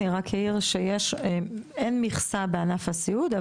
אני רק אעיר שאין מכסה בענף הסיעוד,